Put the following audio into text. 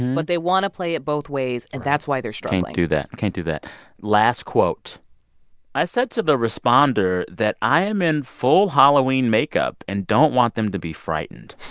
but they want to play it both ways, and that's why they're struggling can't like do that, can't do that last quote i said to the responder that i'm in full halloween makeup and don't want them to be frightened.